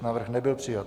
Návrh nebyl přijat.